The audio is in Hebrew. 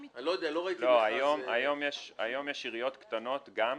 היום יש עיריות קטנות, גם,